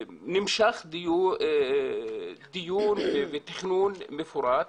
נמשך דיון בתכנון מפורט